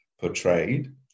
portrayed